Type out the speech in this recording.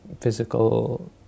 physical